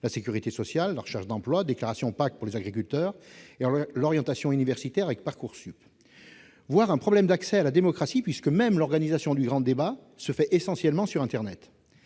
la sécurité sociale, la recherche d'emploi, les déclarations PAC, pour les agriculteurs, l'orientation universitaire avec Parcoursup -, voire un problème d'accès à la démocratie, puisque même l'organisation du grand débat se fait essentiellement internet.